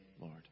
Lord